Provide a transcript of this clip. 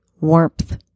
warmth